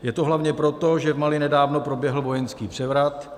Je to hlavně proto, že v Mali nedávno proběhl vojenský převrat.